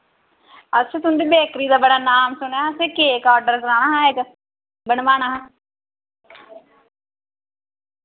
अस तुं'दी बेकरी दा बड़ा नाम सुने दा असैं केक आर्डर कराना हा इक बनवाना हा